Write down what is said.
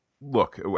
look